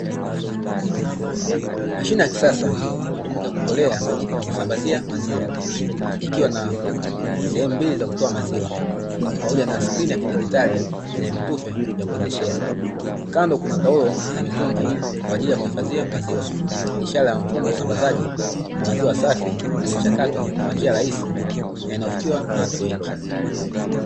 Mashine ya kisasa inatumika kutolea na kusambazia maziwa ikiwa na sehemu mbili za kutoa maziwa pamoja na skrini ya kidigitali yenye vitufe vya kuendeshea. Kando kuna towo na mitungi kwajili ya kuhifadhia maziwa, ishara ya mfumo wa usambazaji wa maziwa safi yanayochakatwa kwa njia rahisi na yanayofikiwa na watu wengi.